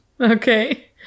Okay